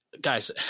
guys